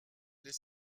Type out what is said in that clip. les